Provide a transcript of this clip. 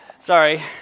Sorry